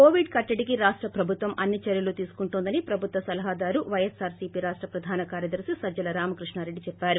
Covid కట్లడికి రాష్ట ప్రభుత్వం అన్ని చర్యలు తీసుకుంటోందని ప్రభుత్వ సలహాదారు పైఎస్పార్ సీపీ రాష్ట ప్రధాన కార్యదర్శి సజ్జల రామకృష్ణారెడ్డి చెప్పారు